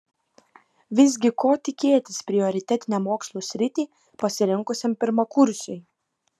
visgi ko tikėtis prioritetinę mokslų sritį pasirinkusiam pirmakursiui